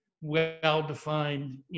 well-defined